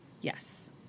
Yes